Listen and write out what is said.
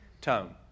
tone